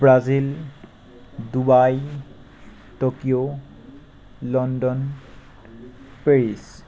Brazil Dubai Tokyo London Paris